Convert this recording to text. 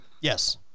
Yes